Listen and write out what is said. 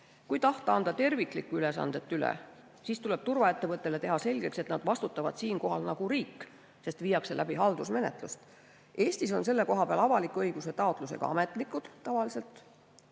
Kui tahta anda terviklikke ülesandeid üle, siis tuleb turvaettevõttele teha selgeks, et nad vastutavad sel juhul nagu riik, sest viiakse läbi haldusmenetlust. Eestis on tavaliselt [tegu] avaliku õiguse taotlusega ametnikega, kes